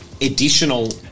additional